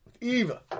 Eva